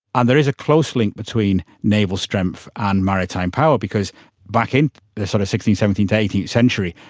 and there is a close link between naval strength and maritime power because back in the sort of sixteenth, seventeenth, eighteenth centuries,